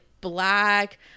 black